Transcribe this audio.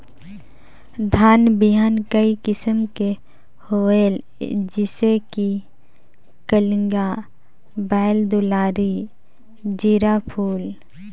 धान बिहान कई किसम के होयल जिसे कि कलिंगा, बाएल दुलारी, जीराफुल?